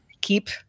keep